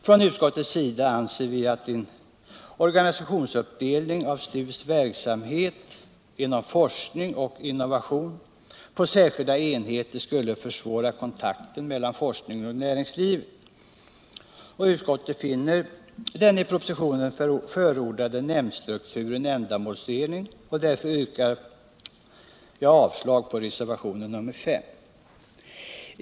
Från utskottets sida anser vi att en organisationsuppdelning av STU:s verksamhet inom forskning och innovation på särskilda enheter skulle försvåra kontakten mellan forskningen och näringslivet. Utskottet finner den i propositionen förordade nämndstrukturen ändamålsenlig. Därför yrkar jag bifall till utskottets hemställan vid mom. 9, vilket innebär avslag på reservationen 5.